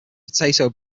potato